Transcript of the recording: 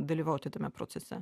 dalyvauti tame procese